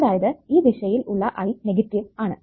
അതായത് ഈ ദിശയിൽ ഉള്ള I നെഗറ്റീവ് ആണ്